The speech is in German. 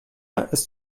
ist